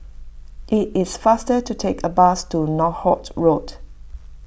it is faster to take a bus to Northolt Road